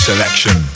Selection